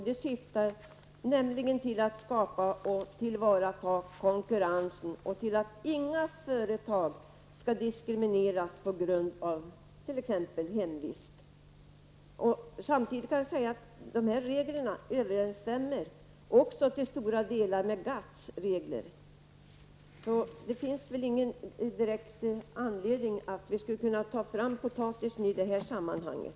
De syftar nämligen till att skapa och tillvarata konkurrensen och till att inget företag skall diskrimineras på grund av exempelvis hemvist. Dessa regler överensstämmer också till stora delar med GATTs regler. Det finns därför ingen direkt anledning att ta upp frågan om potatisen i det här sammanhanget.